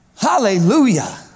Hallelujah